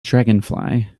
dragonfly